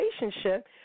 relationship